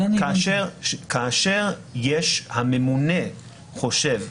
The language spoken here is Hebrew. כאשר הממונה חושב,